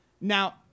Now